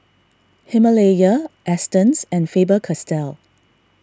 Himalaya Astons and Faber Castell